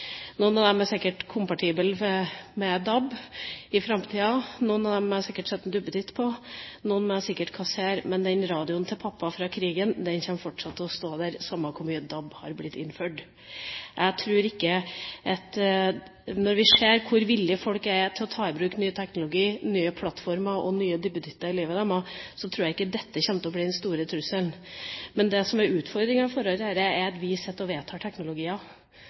framtida, noen av dem må jeg sikkert sette en duppeditt på, noen må jeg sikkert kassere, men radioen til pappa fra krigen kommer fortsatt til å stå der, samme hvor mye DAB er innført. Når vi ser hvor villige folk er til å ta i bruk ny teknologi, nye plattformer og nye duppeditter i livet sitt, tror jeg ikke dette kommer til å bli den store trusselen. Men det som er utfordringen i dette, er at vi sitter og vedtar teknologier.